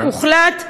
הוחלט בבג"ץ,